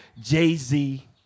Jay-Z